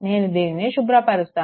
నేను దీన్ని శుభ్రపరుస్తాను